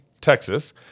Texas